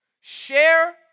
Share